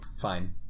Fine